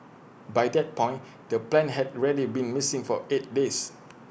by that point the plane had ready been missing for eight days